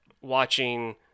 Watching